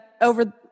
over